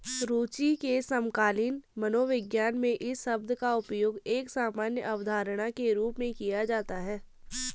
रूचि के समकालीन मनोविज्ञान में इस शब्द का उपयोग एक सामान्य अवधारणा के रूप में किया जाता है